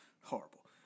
Horrible